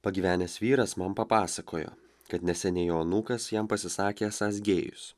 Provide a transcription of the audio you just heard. pagyvenęs vyras man papasakojo kad neseniai jo anūkas jam pasisakė esąs gėjus